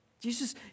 Jesus